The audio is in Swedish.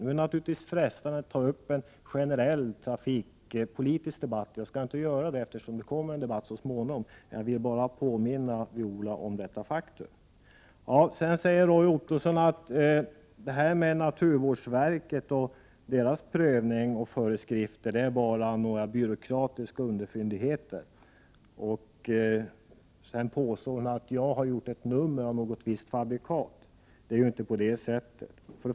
Det är naturligtvis frestande att ta upp en generell trafikpolitisk debatt — jag skall inte göra det eftersom det så småningom kommer en sådan debatt; jag ville nu bara påminna Viola Claesson om detta faktum. Sedan säger Roy Ottosson att naturvårdsverkets prövning och föreskrifter bara är några byråkratiska underfundigheter. Vidare påstod han att jag hade gjort ett nummer av något visst fabrikat. Det är inte på det sättet.